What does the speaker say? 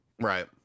right